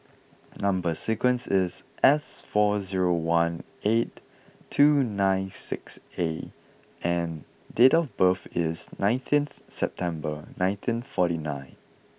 number sequence is S four zero one eight two nine six A and date of birth is nineteen September nineteen forty nine